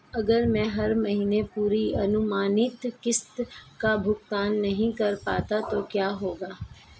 अगर मैं हर महीने पूरी अनुमानित किश्त का भुगतान नहीं कर पाता तो क्या होगा?